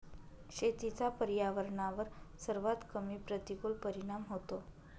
शेतीचा पर्यावरणावर सर्वात कमी प्रतिकूल परिणाम होतो